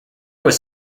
was